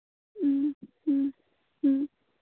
ꯎꯝ ꯎꯝ ꯎꯝ